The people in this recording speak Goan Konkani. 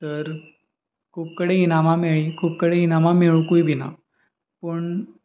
तर खूब कडेन इनामां मेळ्ळीं खूब कडेन इनामां मेळुंकूय बी ना पूण